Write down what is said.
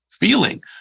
Feeling